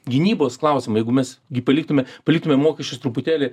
gynybos klausimą jeigu mes jį paliktume paliktume mokesčius truputėlį